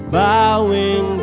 bowing